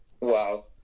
Wow